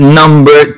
number